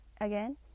again